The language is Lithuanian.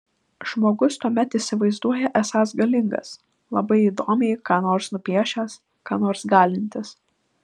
žmogus tuomet įsivaizduoja esąs galingas labai įdomiai ką nors nupiešęs ką nors galintis